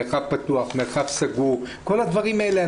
מרחב פתוח, מרחב סגור, כל הדברים האלה.